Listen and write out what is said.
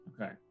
okay